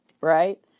right